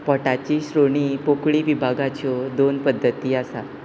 पोटाची श्रोणी पोकळी विभागाच्यो दोन पद्दती आसात